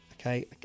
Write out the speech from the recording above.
Okay